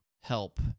help